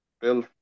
Bill